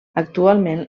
actualment